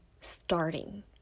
starting